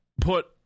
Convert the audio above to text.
put